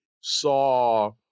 saw